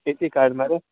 ए C कार मरे